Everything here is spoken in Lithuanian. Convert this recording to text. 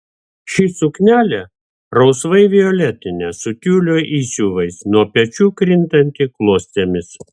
ši suknelė rausvai violetinė su tiulio įsiuvais nuo pečių krintanti klostėmis